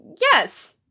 yes